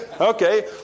Okay